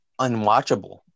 unwatchable